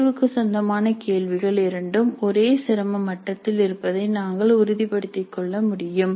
தேர்வுக்கு சொந்தமான கேள்விகள் இரண்டும் ஒரே சிரம மட்டத்தில் இருப்பதை நாங்கள் உறுதிப்படுத்த முடியும்